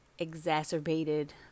exacerbated